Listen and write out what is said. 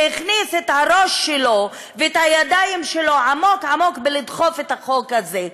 שהכניס את הראש שלו ואת הידיים שלו עמוק עמוק בלדחוף את החוק הזה,